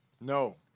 No